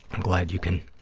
i'm glad you can,